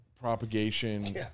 propagation